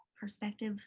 perspective